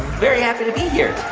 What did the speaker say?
very happy to be here